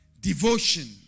devotion